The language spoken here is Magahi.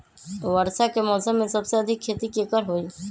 वर्षा के मौसम में सबसे अधिक खेती केकर होई?